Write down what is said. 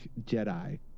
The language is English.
Jedi